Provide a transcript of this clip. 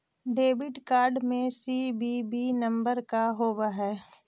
Debit card में CVV number का होव हइ?